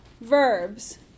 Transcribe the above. verbs